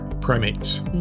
primates